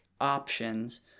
options